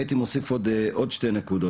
אני רוצה להתייחס רק לנושא אחד.